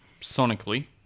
Sonically